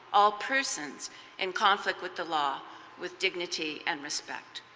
all persons in conflict with the law with dignity and respect.